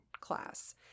class